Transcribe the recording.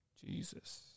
Jesus